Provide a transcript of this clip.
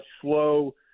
slow